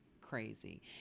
crazy